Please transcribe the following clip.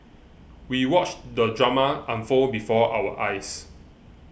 we watched the drama unfold before our eyes